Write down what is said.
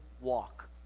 walk